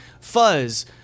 fuzz